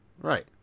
Right